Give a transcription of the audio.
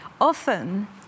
often